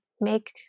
make